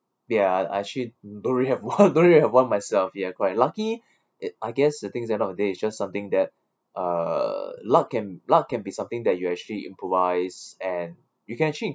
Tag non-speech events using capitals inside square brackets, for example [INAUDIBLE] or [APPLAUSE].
ya I I actually don't really have one [LAUGHS] don't really have one myself ya correct lucky it I guess the thing is end of the day it's just something that uh luck can luck can be something that you actually improvise and you can actually